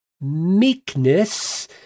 meekness